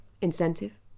incentive